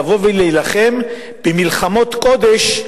לבוא ולהילחם במלחמות קודש,